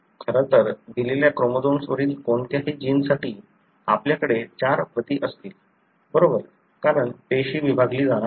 खरं तर दिलेल्या क्रोमोझोम्सवरील कोणत्याही जिन्ससाठी आपल्याकडे चार प्रती असतील बरोबर कारण पेशी विभागली जाणार आहे